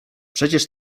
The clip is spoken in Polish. przecież